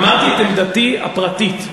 אמרתי את עמדתי הפרטית.